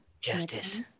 Justice